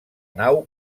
nau